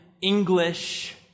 English